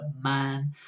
man